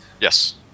Yes